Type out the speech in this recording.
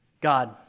God